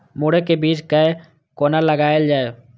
मुरे के बीज कै कोना लगायल जाय?